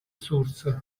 source